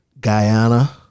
Guyana